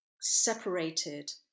separated